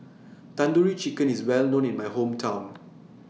Tandoori Chicken IS Well known in My Hometown